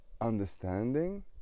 understanding